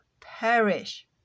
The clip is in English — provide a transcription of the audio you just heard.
perish